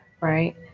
right